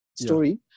story